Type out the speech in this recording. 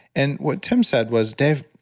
and what tim said was, dave,